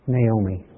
Naomi